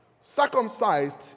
Circumcised